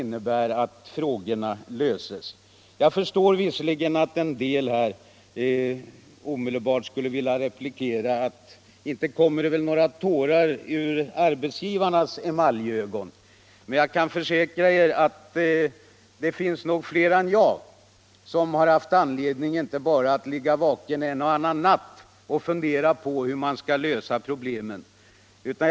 Ansvar är alltid krävande. Jag kan tänka att en del omedelbart skulle vilja replikera: Ja, men inte kommer det väl några tårar ur arbetsgivarnas ”emaljögon”. Kanske inte, men jag kan försäkra er att det finns fler företagare än jag som haft anledning att inte bara en och annan natt ligga vakna och fundera över hur problemen skall lösas.